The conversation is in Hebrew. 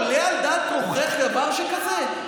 עולה על דל מוחך דבר שכזה?